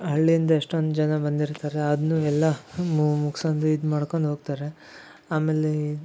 ಹಳ್ಳಿಯಿಂದ ಎಷ್ಟೊಂದು ಜನ ಬಂದಿರ್ತಾರೆ ಅದನ್ನು ಎಲ್ಲಾ ಮುಗ್ಸ್ಕೊಂಡು ಇದು ಮಾಡ್ಕೊಂಡು ಹೋಗ್ತಾರೆ ಆಮೇಲೆ